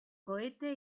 cohete